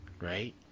Right